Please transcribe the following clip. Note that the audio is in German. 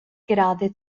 grade